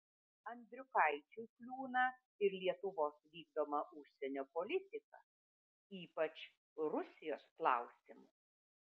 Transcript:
andriukaičiui kliūna ir lietuvos vykdoma užsienio politika ypač rusijos klausimu